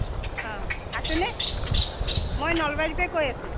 অ আছেনে মই নলবাৰীতে কৈ আছোঁ